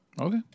Okay